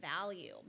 value